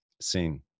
Sing